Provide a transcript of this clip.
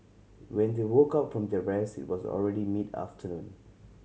when they woke up from their rest it was already mid afternoon